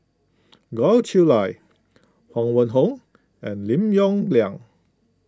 Goh Chiew Lye Huang Wenhong and Lim Yong Liang